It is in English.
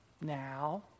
Now